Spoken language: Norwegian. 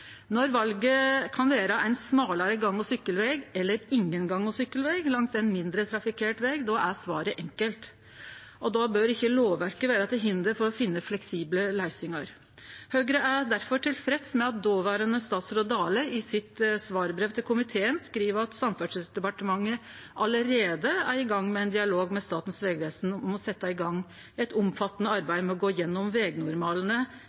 Når valet kan vere ein smalare gang- og sykkelveg eller ingen gang- og sykkelveg langs ein mindre trafikkert veg, er svaret enkelt. Då bør ikkje lovverket vere til hinder for å finne fleksible løysingar. Høgre er difor tilfreds med at dåverande statsråd Dale i sitt svarbrev til komiteen skriv: «Samferdselsdepartementet er allereie i dialog med Statens vegvesen om å sette i gong eit omfattande arbeid med å gå gjennom vegnormalane